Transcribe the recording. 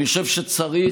אני חושב שצריך